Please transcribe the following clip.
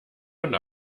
und